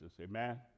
Amen